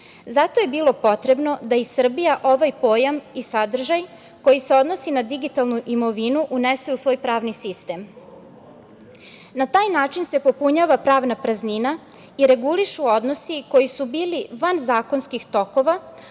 Zato je bilo potrebno da i Srbija ovaj pojam i sadržaj koji se odnosi na digitalnu imovinu unese u svoj pravni sistem. Na taj način se popunjava pravna praznina i regulišu odnosi koji su bili van zakonskih tokova,